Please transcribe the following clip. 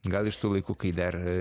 gal iš tų laikų kai dar